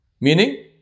Meaning